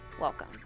Welcome